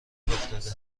افتاده